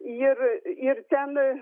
ir ir ten